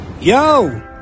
Yo